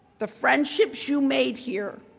the friendships you made here